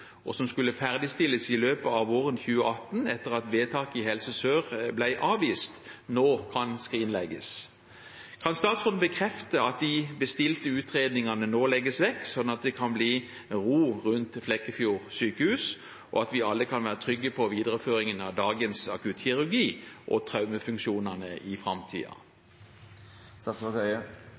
og som skulle ferdigstilles i løpet av våren 2018 etter at vedtaket i Helse Sør-Øst ble avvist, nå kan skrinlegges. Kan statsråden bekrefte at de bestilte utredningene nå legges vekk, slik at det kan bli ro rundt Flekkefjord sykehus, og at vi alle i framtiden kan være trygge på videreføringen av dagens akuttkirurgi og traumefunksjonene?